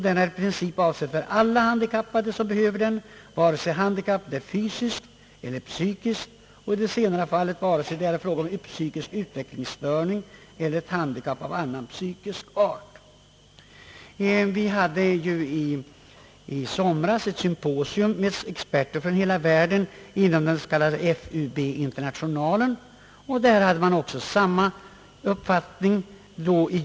Den är i princip avsedd för alla handikappade som behöver den, oavsett om handikappet är fysiskt eller psykiskt, och i det senare fallet oavsett om det är fråga om psykisk utvecklingsstörning eller ett handikapp av annan psykisk art. I juni i år hölls det ett symposium här i Stockholm med experter från hela världen inom den s.k. FUB-internationalen, och där hade man samma uppfattning.